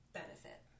benefit